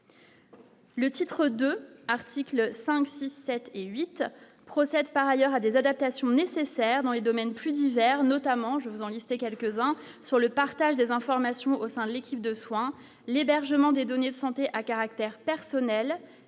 Le titre 2 articles, 5, 6, 7 et 8 procède par ailleurs à des adaptations nécessaires dans les domaines plus divers, notamment je vous en lister quelques-uns sur le partage des informations au sein de l'équipe de soins les berges données santé à caractère personnel,